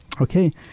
Okay